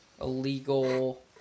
illegal